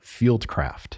Fieldcraft